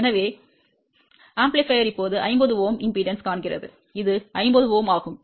எனவே பெருக்கி இப்போது 50 Ω மின்மறுப்பைக் காண்கிறது இது 50 Ω ஆகும்